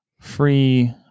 free